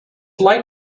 like